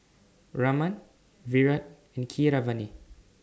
Raman Virat and Keeravani